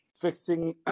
fixing